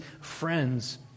friends